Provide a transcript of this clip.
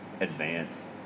advance